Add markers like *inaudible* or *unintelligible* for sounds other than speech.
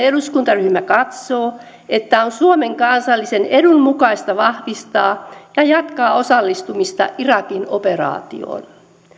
*unintelligible* eduskuntaryhmä katsoo että on suomen kansallisen edun mukaista vahvistaa ja jatkaa osallistumista irakin operaatioon